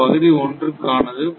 இது பகுதி 1 க் ஆனது